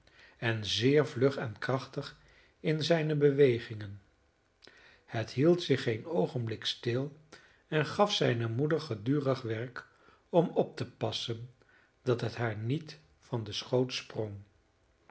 en zeer vlug en krachtig in zijne bewegingen het hield zich geen oogenblik stil en gaf zijne moeder gedurig werk om op te passen dat het haar niet van den schoot sprong